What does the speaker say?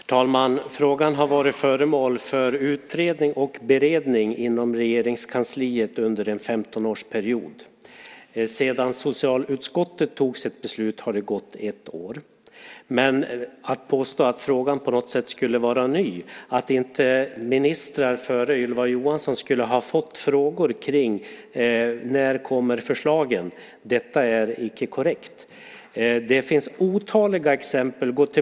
Herr talman! Frågan har varit föremål för utredning och beredning i Regeringskansliet under en 15-årsperiod. Sedan socialutskottet fattade sitt beslut har det gått ett år. Men att påstå att frågan på något sätt skulle vara ny - att ministrar före Ylva Johansson inte skulle ha fått frågor om när förslagen kommer - är inte korrekt. Det finns otaliga exempel.